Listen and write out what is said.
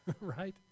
right